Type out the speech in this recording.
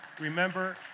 Remember